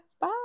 Bye